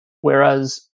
Whereas